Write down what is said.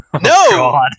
No